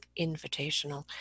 invitational